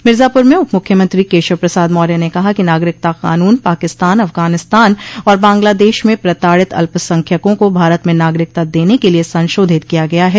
मिर्जापुर में उपमुख्यमंत्री केशव प्रसाद मौर्य ने कहा कि नागरिकता कानून पाकिस्तान अफगानिस्तान और बांग्लादेश मे प्रताड़ित अल्पसंख्यकों को भारत में नागरिकता देने के लिए संशोधित किया गया है